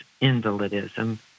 invalidism